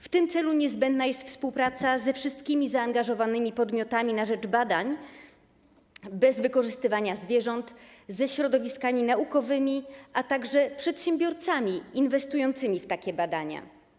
W tym celu niezbędna jest współpraca ze wszystkimi podmiotami zaangażowanymi na rzecz badań bez wykorzystywania zwierząt, ze środowiskami naukowymi, a także z przedsiębiorcami inwestującymi w takie badania.